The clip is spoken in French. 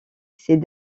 ces